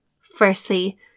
Firstly